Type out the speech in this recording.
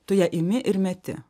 tu ją imi ir meti